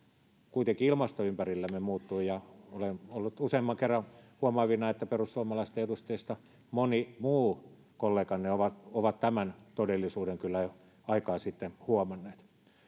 kuitenkin ilmasto ympärillämme muuttuu ja olen ollut useamman kerran huomaavinani että perussuomalaisten edustajista moni muu kolleganne on tämän todellisuuden kyllä jo aikaa sitten huomannut